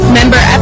member